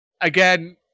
again